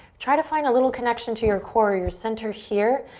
try to find a little connection to your core, your center here,